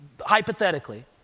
hypothetically